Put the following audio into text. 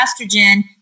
estrogen